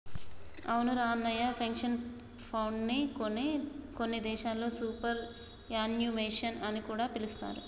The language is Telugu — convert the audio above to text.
అవునురా అన్నయ్య పెన్షన్ ఫండ్ని కొన్ని దేశాల్లో సూపర్ యాన్యుమేషన్ అని కూడా పిలుస్తారు